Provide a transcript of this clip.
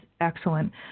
excellent